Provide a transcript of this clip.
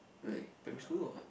like primary school or